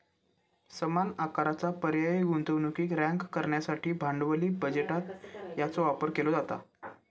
समान आकाराचा पर्यायी गुंतवणुकीक रँक करण्यासाठी भांडवली बजेटात याचो वापर केलो जाता